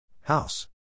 House